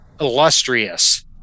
illustrious